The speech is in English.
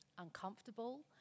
uncomfortable